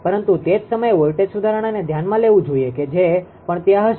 પરંતુ તે જ સમયે વોલ્ટેજ સુધારણાને ધ્યાનમાં લેવું જોઈએ કે જે પણ ત્યાં હશે